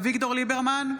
אביגדור ליברמן,